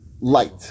Light